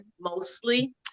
mostly